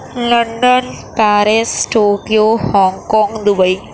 London Paris Tokyo Hong Kong Dubai